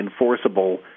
enforceable